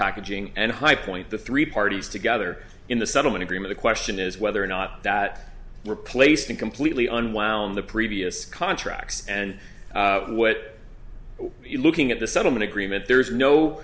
packaging and highpoint the three parties together in the settlement agreement the question is whether or not that replacing completely unwound the previous contracts and what so you looking at the settlement agreement there is no